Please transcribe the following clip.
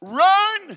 run